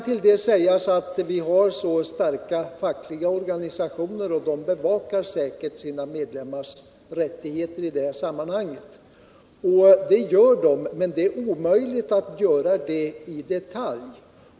Det kan sägas att vi har så starka fackliga organisationer att de kan bevaka sina medlemmars rättigheter i dessa sammanhang. Det gör de säkert, men det är omöjligt för dem att gå in i detaljer.